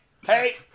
hey